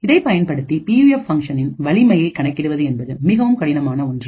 இதைப் பயன்படுத்தி பியூஎஃப் ஃபங்ஷனின் வலிமையை கணக்கிடுவது என்பது மிகவும் கடினமான ஒன்று